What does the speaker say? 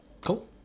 Cool